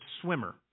swimmer